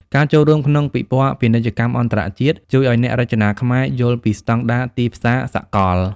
ការចូលរួមក្នុងពិព័រណ៍ពាណិជ្ជកម្មអន្តរជាតិ ជួយឱ្យអ្នករចនាខ្មែរយល់ពីស្តង់ដារទីផ្សារសកល។